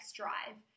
drive